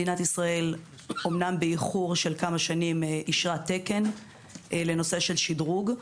מדינת ישראל אמנם באיחור של כמה שנים אישרה תקן לנושא של שדרוג.